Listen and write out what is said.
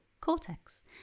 cortex